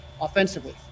offensively